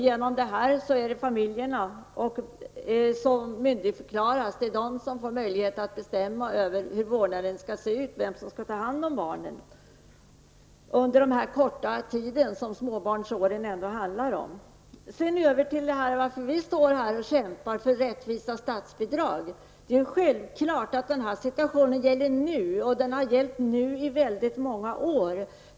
Genom det här systemet myndigförklarar man föräldrarna och ger dem möjlighet att bestämma över hur omsorgen skall se ut och över vem som skall ta hand om barnen under den korta tid som småbarnstiden ändå handlar om. Sedan vill jag komma över till varför vi står här och kämpar för rättsvisa statsbidrag. Det är självklart att den här situationen gäller nu, och den har gällt i många år.